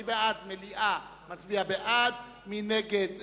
מי שבעד מליאה, מצביע בעד, מי שנגד,